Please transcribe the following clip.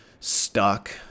stuck